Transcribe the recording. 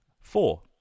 Four